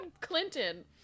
Clinton